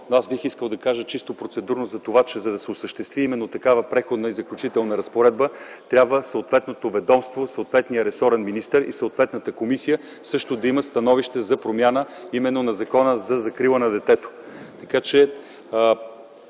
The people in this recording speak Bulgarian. аз бих искал да кажа чисто процедурно, че за да се осъществи именно такава Преходна и заключителна разпоредба трябва съответното ведомство, съответният ресорен министър и съответната комисия също да имат становище за промяна именно на Закона за закрила на детето.